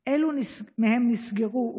5. אילו מהם נסגרו?